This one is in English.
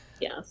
Yes